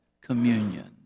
communion